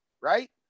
right